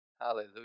Hallelujah